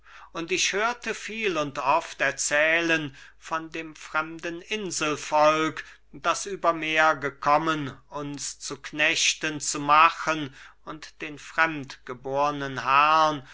und ich hörte viel und oft erzählen von dem fremden inselvolk das über meer gekommen uns zu knechten zu machen und den fremdgebornen herrn